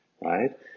Right